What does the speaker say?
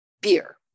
beer